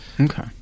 Okay